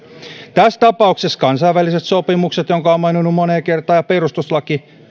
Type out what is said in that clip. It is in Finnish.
tässä tapauksessa kansainväliset sopimukset mitkä olen maininnut moneen kertaan ja perustuslaki